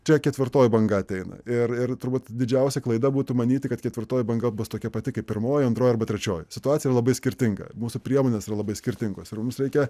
čia ketvirtoji banga ateina ir ir turbūt didžiausia klaida būtų manyti kad ketvirtoji banga bus tokia pati kaip pirmoji antroji arba trečioji situacija labai skirtinga mūsų priemonės yra labai skirtingos ir mums reikia